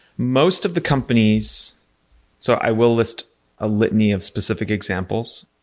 most of the companies so, i will list a litany of specific examples.